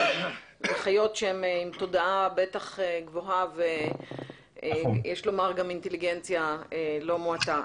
בחיות שהן עם תודעה בטח גבוהה ויש לומר גם אינטליגנציה לא מועטה.